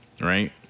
Right